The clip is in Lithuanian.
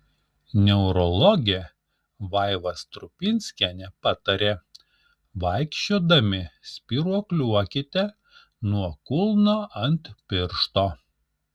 neurologė vaiva strupinskienė patarė vaikščiodami spyruokliuokite nuo kulno ant piršto